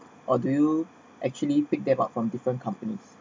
or do you actually pick them up from different companies